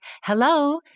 Hello